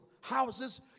houses